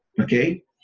okay